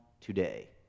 today